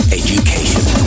education